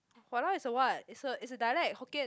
!walao! is a what is a is a dialect Hokkien